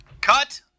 Cut